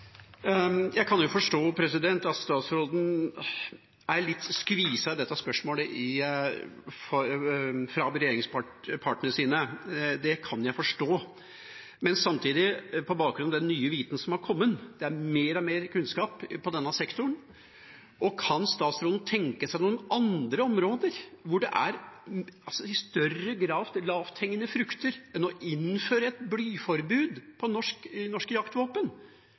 Jeg kan jo forstå at statsråden er litt skvist mellom regjeringspartnerne sine i dette spørsmålet. Men samtidig, på bakgrunn av den nye viten som er kommet, for det er mer og mer kunnskap på denne sektoren: Kan statsråden tenke seg noen andre områder hvor det i større grad er lavthengende frukter enn å innføre et blyforbud i norske jaktvåpen?